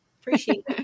Appreciate